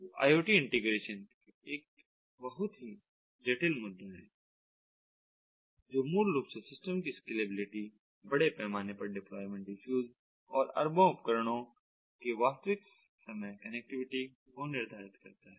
तो IoT integration एक बहुत ही जटिल मुद्दा है जो मूल रूप से सिस्टम की स्केलेबिलिटी बड़े पैमाने पर डेप्लॉयमेंट इश्यूज और अरबों उपकरणों के वास्तविक समय कनेक्टिविटी को निर्धारित करता है